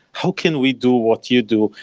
how can we do what you do,